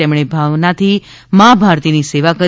તેમણે ભાવનાથી મા ભારતીની સેવા કરી